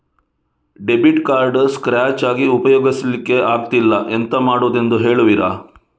Debit card scratch ಆಗಿ ಉಪಯೋಗಿಸಲ್ಲಿಕ್ಕೆ ಆಗ್ತಿಲ್ಲ, ಎಂತ ಮಾಡುದೆಂದು ಹೇಳುವಿರಾ?